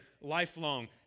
lifelong